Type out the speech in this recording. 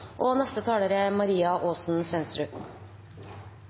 og neste taler er